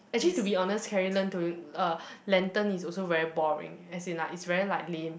actually to be honest carry lentu~ uh lantern is also very boring as in like it's very like lame